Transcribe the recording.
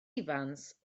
ifans